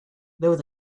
there